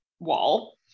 wall